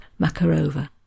Makarova